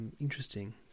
Interesting